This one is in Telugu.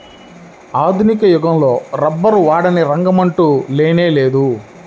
ఆధునిక యుగంలో రబ్బరు వాడని రంగమంటూ లేనేలేదు